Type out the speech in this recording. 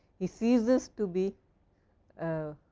he seizes to be a